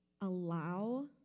allow